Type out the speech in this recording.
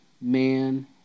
man